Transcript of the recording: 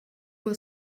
will